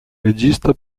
regista